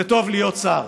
זה טוב להיות שר,